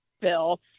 bill